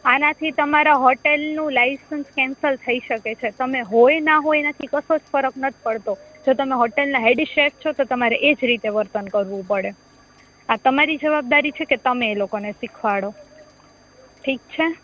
આનાથી તમારા હોટલનું લાઇસન્સ કેન્સલ થઈ શકે છે તમે હોય ના હોય એનાથી કસોજ ફરક નથી પળતો જો તમે હોટલના હેડ શેફ છોતો તમારે એજ રીતે વર્તન કરવું પળે આ તમારી જવાબદારી છેકે તમે એ લોકોને શિખવાળો ઠીક છે